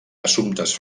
assumptes